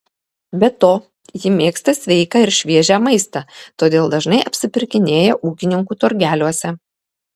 be to ji mėgsta sveiką ir šviežią maistą todėl dažnai apsipirkinėja ūkininkų turgeliuose